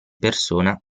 persona